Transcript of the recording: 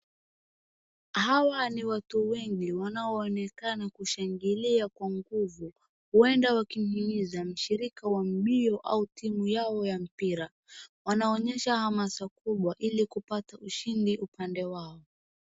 Hawa ni watu wengi wanaonekana kushangilia kwa nguvu, huenda wakihimiza mshirika wa mbio au timu yao ya mpira. wanaonyesha hamasa kubwa ili kupata ushindi upande wao.